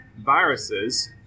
viruses